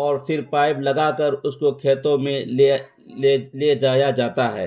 اور پھر پائپ لگا کر اس کو کھیتوں میں لے لے لے جایا جاتا ہے